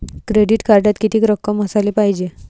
Credit कार्डात कितीक रक्कम असाले पायजे?